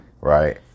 right